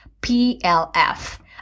plf